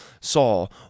Saul